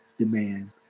demand